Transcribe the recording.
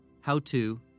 how-to